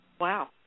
Wow